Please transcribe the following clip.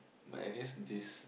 but I guess this